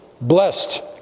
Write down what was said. Blessed